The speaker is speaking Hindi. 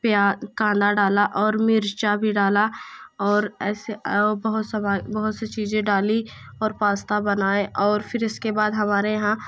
प्या कांदा डाला और मिर्च भी डाला और ऐसे और बहुत सामान बहुत से चीज़ें डाली और पास्ता बनाए और फिर इसके बाद हमारे यहाँ